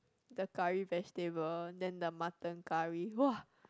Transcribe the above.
the curry vegetable then the mutton curry !wah!